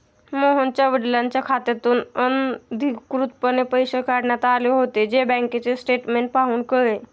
मोहनच्या वडिलांच्या खात्यातून अनधिकृतपणे पैसे काढण्यात आले होते, जे बँकेचे स्टेटमेंट पाहून कळले